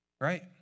right